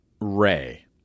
Ray